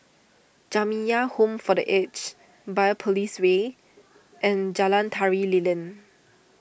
Jamiyah Home for the Aged Biopolis Way and Jalan Tari Lilin